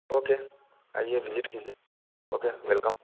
okay आइए visit कीजिए okay welcome